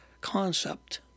concept